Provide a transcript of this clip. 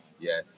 yes